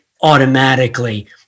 automatically